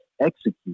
execute